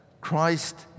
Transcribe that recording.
Christ